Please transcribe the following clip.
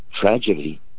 tragedy